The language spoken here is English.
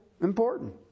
important